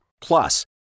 Plus